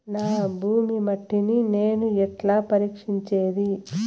నా భూమి మట్టిని నేను ఎట్లా పరీక్షించేది?